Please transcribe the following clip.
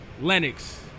Lennox